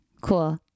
cool